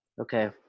okay